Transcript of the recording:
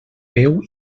veu